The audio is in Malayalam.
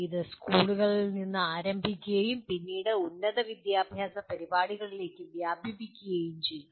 ഇത് സ്കൂളുകളിൽ നിന്ന് ആരംഭിക്കുകയും പിന്നീട് ഉന്നത വിദ്യാഭ്യാസ പരിപാടികളിലേക്ക് വ്യാപിക്കുകയും ചെയ്തു